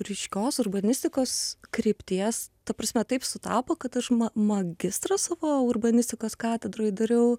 ryškios urbanistikos krypties ta prasme taip sutapo kad aš magistrą savo urbanistikos katedroj dariau